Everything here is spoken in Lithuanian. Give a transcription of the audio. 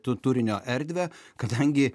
tu turinio erdvę kadangi